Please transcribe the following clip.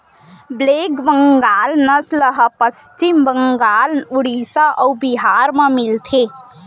black Bengal नसल ह पस्चिम बंगाल, उड़ीसा अउ बिहार म मिलथे